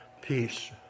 peace